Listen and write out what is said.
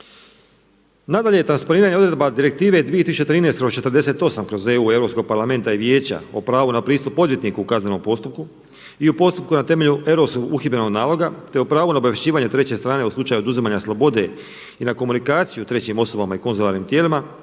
Nadalje, transponiranje odredaba Direktive 2013/48/EU Europskog parlamenta i Vijeća o pravu na pristup odvjetniku u kaznenom postupku i u postupku na temelju europskog uhidbenog naloga te o pravu na obavješćivanje treće strane u slučaju oduzimanja slobode i na komunikaciju trećim osobama i konzularnim tijelima